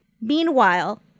Meanwhile